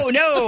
no